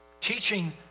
Teaching